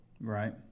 Right